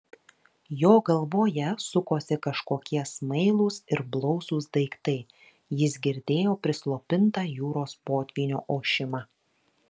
jo galvoje sukosi kažkokie smailūs ir blausūs daiktai jis girdėjo prislopintą jūros potvynio ošimą